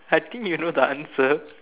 I think you know the answer